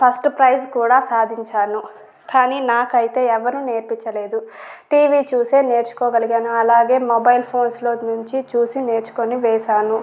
first prize కూడా సాధించాను కానీ నాకైతే ఎవరు నేర్పించలేదు టీవీ చూసే నేర్చుకోగలిగాను అలాగే మొబైల్ ఫోన్స్ లో నుంచి చూసి నేర్చుకొని వేశాను